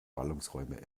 ballungsräume